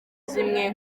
zimwe